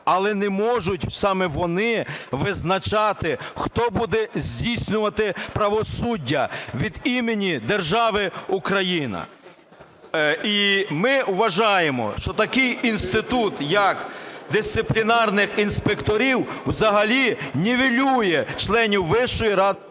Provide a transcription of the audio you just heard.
Але не можуть саме вони визначати, хто буде здійснювати правосуддя від імені держави Україна. І ми вважаємо, що такий інститут, як дисциплінарних інспекторів, взагалі нівелює членів Вищої… Веде засідання